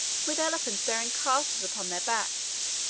with elephants bearing castles upon their backs,